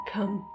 come